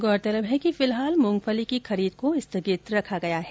गौरतलब है कि फिलहाल मूंगफली की खरीद को स्थगित रखा गया है